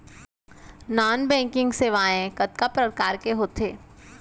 non banking सेवाएं कतका प्रकार के होथे